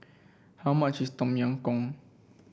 how much is Tom Yam Goong